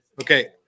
Okay